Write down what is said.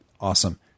Awesome